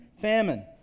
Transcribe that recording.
famine